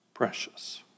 Precious